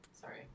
Sorry